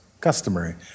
customary